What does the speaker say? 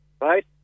right